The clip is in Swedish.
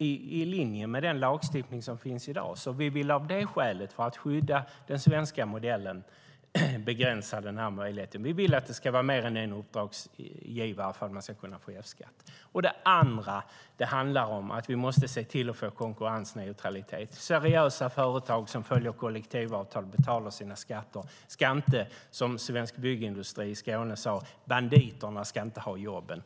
i linje med den lagstiftning som finns i dag. Vi vill av det skälet - för att skydda den svenska modellen - begränsa denna möjlighet. Vi vill att det ska vara fler än en uppdragsgivare för att man ska kunna få F-skattsedel. Det andra handlar om att vi måste se till att få konkurrensneutralitet. Seriösa företag som följer kollektivavtal och betalar sina skatter ska inte lida för detta. Som Svensk Byggindustri i Skåne sade: Banditerna ska inte ha jobben.